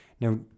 now